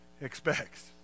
expects